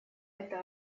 это